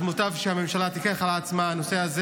אז מוטב שהממשלה תיקח על עצמה את הנושא הזה.